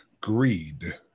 greed